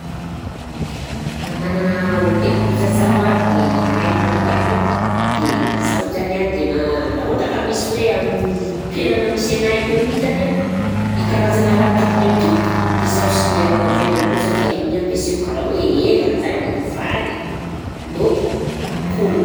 Na managna hotely koa zaho zao a dia anahy manokana io, dia zaho zany a dia ma- raha ohatra ka misy hoe amin'ny toerana misy anahy akeo mi zany a, i karazagna raha tokony atoko, dia zaho sy miaragna avelany koa zaho fa io mi ampiasaiko karaha hoe hena zany, vary, laoko, akoho.